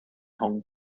hong